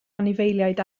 anifeiliaid